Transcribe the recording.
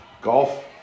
Golf